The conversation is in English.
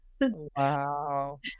Wow